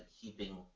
keeping